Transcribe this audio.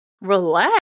Relax